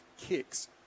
Kicks